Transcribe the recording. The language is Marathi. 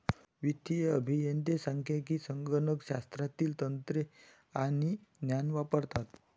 वित्तीय अभियंते सांख्यिकी, संगणक शास्त्रातील तंत्रे आणि ज्ञान वापरतात